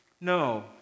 No